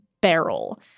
barrel